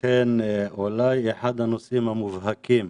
אכן אולי אחד הנושאים המובהקים,